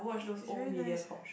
it it's very nice eh